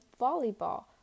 Volleyball